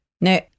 no